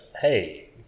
hey